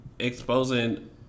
Exposing